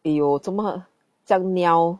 有这么这样 niao